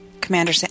Commander